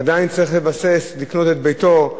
עדיין צריך להתבסס, לקנות את ביתו.